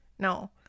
no